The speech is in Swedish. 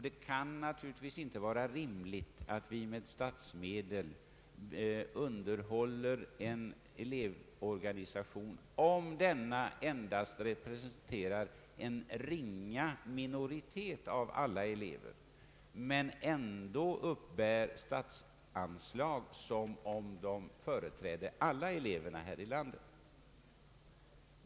Det kan naturligtvis inte vara rimligt att vi med statsmedel underhåller en elevorganisation, om denna endast representerar en ringa minoritet av alla elever men ändå uppbär statsanslag som om den företrädde alla elever här i landet.